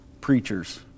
preachers